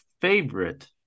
favorite